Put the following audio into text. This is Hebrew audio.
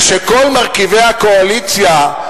ושכל מרכיבי הקואליציה,